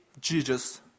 Jesus